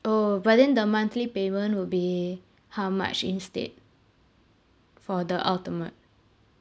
orh but then the monthly payment will be how much instead for the ultimate